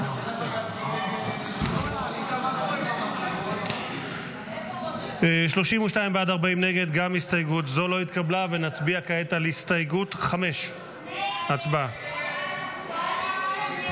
נצביע כעת על הסתייגות 5. הצבעה.